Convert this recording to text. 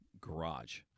garage